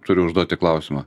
turiu užduoti klausimą